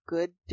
Good